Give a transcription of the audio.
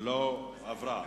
לא עברה.